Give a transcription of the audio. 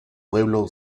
pueblo